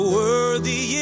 worthy